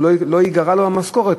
לא ייגרע לו מהמשכורת.